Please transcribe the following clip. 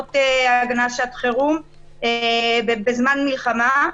בתקנות הגנה שעת חירום ובזמן מלחמה,